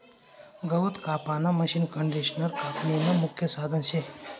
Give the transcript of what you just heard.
गवत कापानं मशीनकंडिशनर कापनीनं मुख्य साधन शे